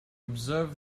observe